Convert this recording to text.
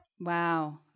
Wow